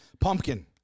Pumpkin